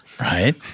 Right